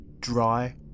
dry